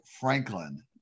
Franklin